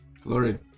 Glory